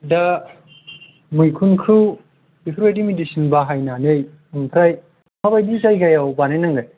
दा मैखुनखौ बेफोरबायदि मेदिसिन बाहायनानै ओमफ्राय मा बायदि जायगायाव बानाय नांगोन